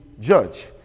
judge